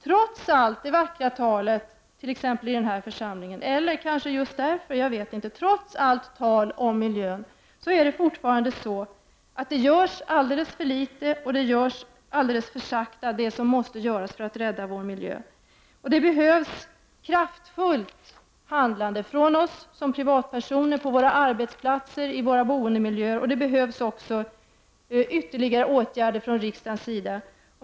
Trots allt det vackra talet om miljön, t.ex. i den här församlingen — eller kanske just därför, jag vet inte — görs det fortfarande alldeles för litet, och det som måste göras för att rädda vår miljö görs alldeles för sakta. Det behövs kraftfullt handlande av oss som privatpersoner, på våra arbetsplatser, i våra boendemiljöer. Det behövs också ytterligare åtgärder från riksdagens sida.